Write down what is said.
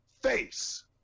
Face